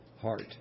heart